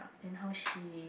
and how she